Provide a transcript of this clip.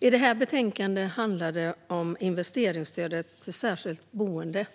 Detta betänkande handlar om investeringsstödet till särskilda boenden.